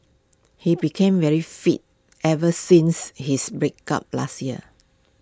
he became very fit ever since his breakup last year